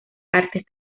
artes